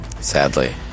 Sadly